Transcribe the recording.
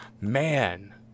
Man